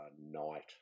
night